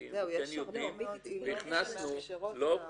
בקיאים ויודעים על זה והכנסנו לא פרטני,